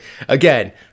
again